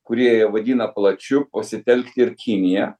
kurį jie vadina plačiu pasitelkti ir kiniją